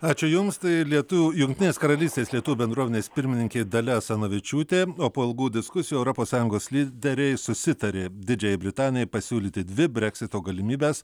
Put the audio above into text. ačiū jums tai lietuvių jungtinės karalystės lietuvių bendruomenės pirmininkė dalia asanavičiūtė o po ilgų diskusijų europos sąjungos lyderiai susitarė didžiajai britanijai pasiūlyti dvi breksito galimybes